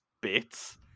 bits